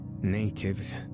Natives